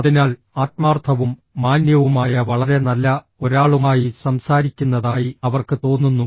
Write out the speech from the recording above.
അതിനാൽ ആത്മാർത്ഥവും മാന്യവുമായ വളരെ നല്ല ഒരാളുമായി സംസാരിക്കുന്നതായി അവർക്ക് തോന്നുന്നു